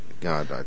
God